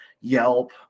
Yelp